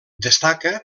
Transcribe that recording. destaca